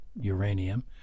uranium